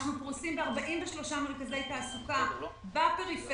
אנחנו פרוסים ב-43 מרכזי תעסוקה בפריפריה